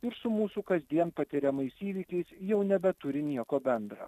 ir su mūsų kasdien patiriamais įvykiais jau nebeturi nieko bendra